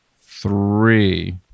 three